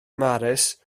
mharis